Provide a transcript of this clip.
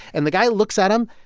and the guy looks at them,